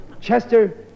Chester